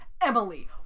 Emily